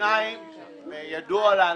טיבי יודע,